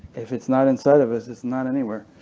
if it's not inside of us, it's not anywhere.